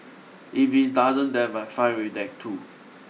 if it doesn't then I'm fine with that too